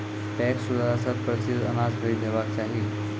PACS द्वारा शत प्रतिसत अनाज खरीद हेवाक चाही?